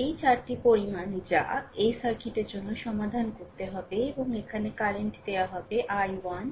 এই 4 টি পরিমাণ যা এই সার্কিটের জন্য সমাধান করতে হবে এবং এখানে কারেন্ট দেওয়া হয় I1